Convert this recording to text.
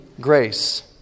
grace